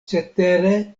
cetere